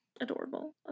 adorable